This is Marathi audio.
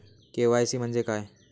के.वाय.सी म्हणजे काय?